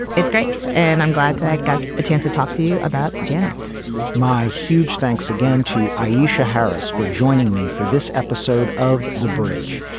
it's great and i'm glad i got a chance to talk to you about janet my huge thanks again to aisha harris for joining me for this episode of the bridge.